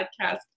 podcast